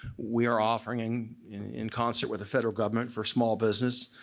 we are offering in concert with the federal government for small business.